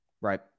Right